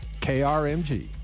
KRMG